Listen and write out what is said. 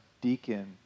deacon